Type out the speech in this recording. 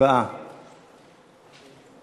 ההצעה להעביר את הצעת חוק בתי-המשפט (תיקון מס'